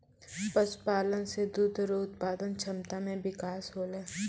पशुपालन से दुध रो उत्पादन क्षमता मे बिकास होलै